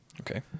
Okay